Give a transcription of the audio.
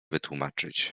wytłumaczyć